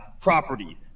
property